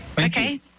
Okay